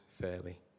fairly